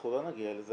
אנחנו לא נגיע לזה,